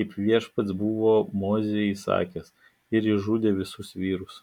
kaip viešpats buvo mozei įsakęs ir išžudė visus vyrus